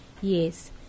Yes